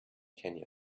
canyon